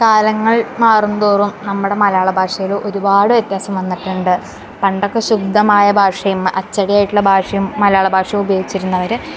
കാലങ്ങൾ മാറും തോറും നമ്മുടെ മലയാള ഭാഷയിൽ ഒരുപാട് വ്യത്യാസം വന്നിട്ടുണ്ട് പണ്ടൊക്കെ ശുദ്ധമായ ഭാഷയും അച്ചടിയായിട്ടുള്ള ഭാഷയും മലയാള ഭാഷയും ഉപയോഗിച്ചിരുന്നവർ